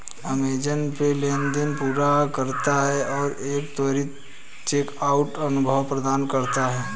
Amazon Pay लेनदेन पूरा करता है और एक त्वरित चेकआउट अनुभव प्रदान करता है